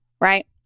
Right